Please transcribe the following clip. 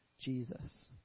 Jesus